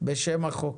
בשם החוק.